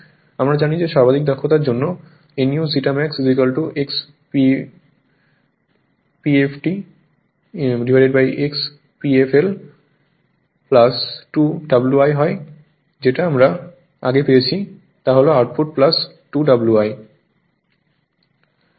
আমরা জানি যে সর্বাধিক দক্ষতার জন্য nu zeta max X pflx pfl 2 W i হয় যেটা আমরা আগে পেয়েছি তা হল আউটপুট 2 Wi